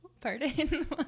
pardon